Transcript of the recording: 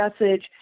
message